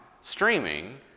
streaming